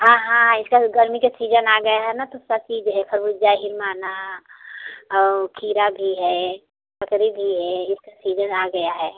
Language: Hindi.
हाँ हाँ आजकल गर्मी का सीजन आ गया है ना तो सब चीज है खरबूजा हिरमाना और खीरा भी है ककड़ी भी है इसका सीजन आ गया है